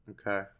Okay